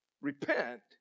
repent